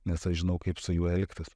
nes aš žinau kaip su juo elgtis